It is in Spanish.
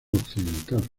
occidental